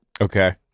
Okay